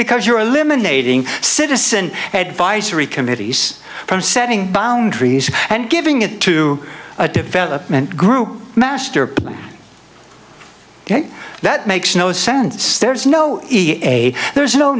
because you're a limb an aging citizen advisory committees from setting boundaries and giving it to a development group master plan ok that makes no sense there's no there's no